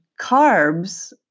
carbs